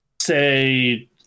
say